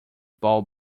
ball